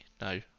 No